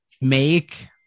Make